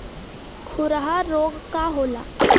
खुरहा रोग का होला?